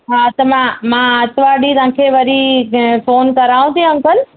हा त मां मां आरितवारु ॾींहुं तव्हांखे वरी भे फ़ोन करांव थी अंकल